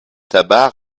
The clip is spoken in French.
tabac